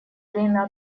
время